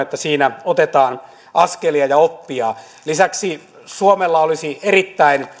että siinä otetaan askelia ja oppia lisäksi suomella olisi erittäin